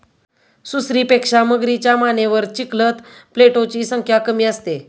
सुसरीपेक्षा मगरीच्या मानेवर चिलखत प्लेटोची संख्या कमी असते